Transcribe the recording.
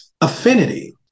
affinity